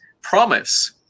promise